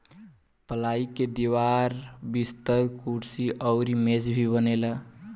पलाई के दीवार, बिस्तर, कुर्सी अउरी मेज भी बनेला